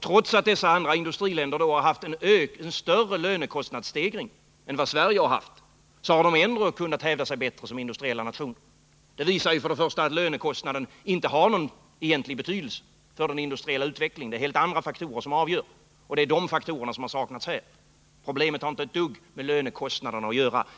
Trots att dessa andra länder haft en större lönekostnadsstegring än Sverige har de ändå kunnat hävda sig bättre som industriella nationer. Det visar att lönekostnaden inte har någon egentlig betydelse för den industriella utvecklingen. Det är helt andra faktorer som är avgörande, och det är de faktorerna som saknats här. Problemet har inte ett dugg med lönekostnaderna att göra.